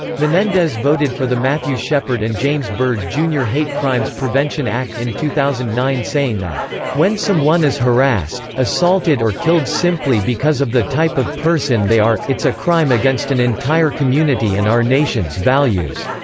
menendez voted for the matthew shepard and james byrd, jr. hate crimes prevention act in two thousand and nine saying that when someone is harassed, assaulted or killed simply because of the type of person they are, it's a crime against an entire community and our nation's values.